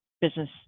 business